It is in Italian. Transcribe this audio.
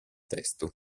testo